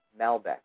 Malbec